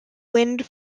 wind